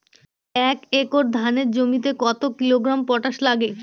এক একর ধানের জমিতে কত কিলোগ্রাম পটাশ লাগে?